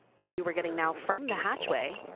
the view we're getting now from the hatchway,